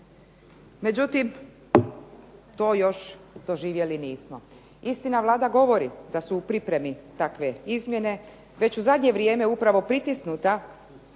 Međutim, to još doživjeli nismo. Istina Vlada govori da su u pripremi takve izmjene, već u zadnje vrijeme upravo pritisnuta